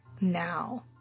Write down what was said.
now